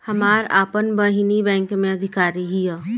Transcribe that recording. हमार आपन बहिनीई बैक में अधिकारी हिअ